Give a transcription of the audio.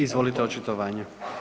Izvolite očitovanje.